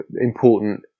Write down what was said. important